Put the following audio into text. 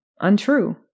untrue